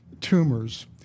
tumors